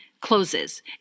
closes